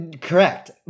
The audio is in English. correct